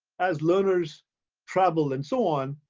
as learners travel and so on.